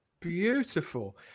Beautiful